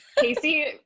Casey